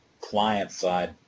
client-side